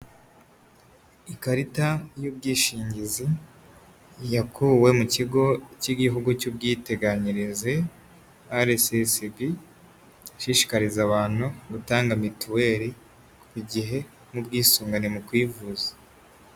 Ikarita y'ubwishingizi yakuwe mu kigo cy'igihugu cy'ubwiteganyirize RSSB, ishishikariza abantu gutanga mituweri ku gihe n'ubwisungane mu kwivuza.